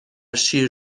شیر